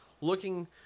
looking